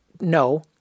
No